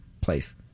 place